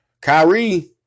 Kyrie